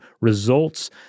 results